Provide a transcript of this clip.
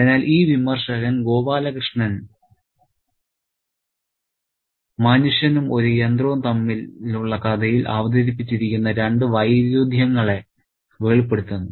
അതിനാൽ ഈ വിമർശകൻ ഗോപാലകൃഷ്ണൻ മനുഷ്യനും ഒരു യന്ത്രവും തമ്മിലുള്ള കഥയിൽ അവതരിപ്പിച്ചിരിക്കുന്ന രണ്ട് വൈരുദ്ധ്യങ്ങളെ വെളിപ്പെടുത്തുന്നു